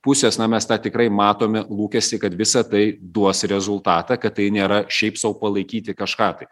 pusės na mes tą tikrai matome lūkestį kad visa tai duos rezultatą kad tai nėra šiaip sau palaikyti kažką tai